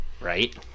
right